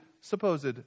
supposed